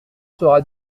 sera